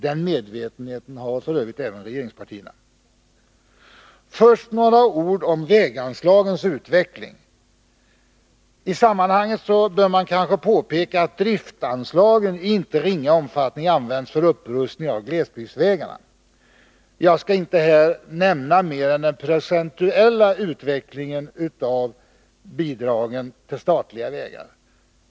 Den medvetenheten har f. ö. också regeringspartierna. Först några ord om väganslagens utveckling. I sammanhanget bör man kanske påpeka att driftanslagen i inte ringa omfattning används för upprustning av glesbygdsvägarna. Jag skall här inte nämna mer än den procentuella utvecklingen av bidragen till statliga vägar.